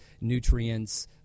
nutrients